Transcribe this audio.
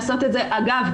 אגב,